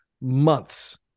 months